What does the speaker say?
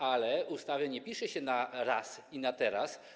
Ale ustawy nie pisze się na raz i na teraz.